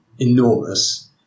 enormous